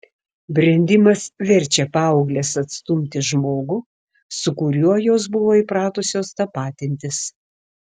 brendimas verčia paaugles atstumti žmogų su kuriuo jos buvo įpratusios tapatintis